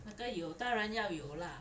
那个有当然要有 lah